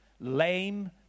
lame